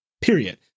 period